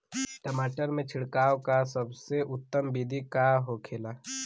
टमाटर में छिड़काव का सबसे उत्तम बिदी का होखेला?